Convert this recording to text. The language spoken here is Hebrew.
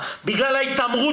ובלבד